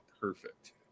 perfect